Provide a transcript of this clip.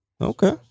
Okay